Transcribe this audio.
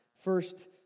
first